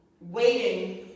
waiting